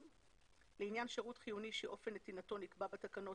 לעניין שירות חיוני אופן נתינתו נקבע בתקנות